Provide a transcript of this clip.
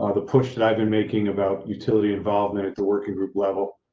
ah the push that i've been making about utility involvement at the working group level.